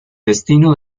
destino